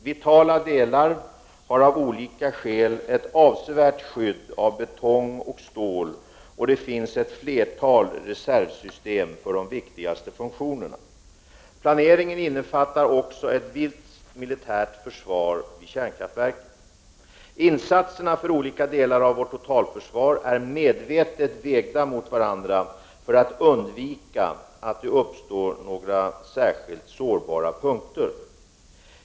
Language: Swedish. Vitala delar har av olika skäl ett avsevärt skydd av betong och stål, och det finns ett flertal reservsystem för de viktigaste funktionerna. Planeringen innefattar också ett visst militärt försvar vid kärnkraftverken. Insatserna för olika delar av vårt totalförsvar är medvetet vägda mot varandra för att undvika att det uppstår några särskilt sårbara punkter.